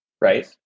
right